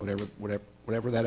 whatever whatever whatever that